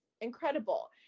incredible